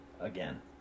again